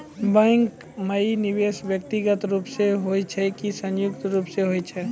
Bank माई निवेश व्यक्तिगत रूप से हुए छै की संयुक्त रूप से होय छै?